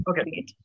okay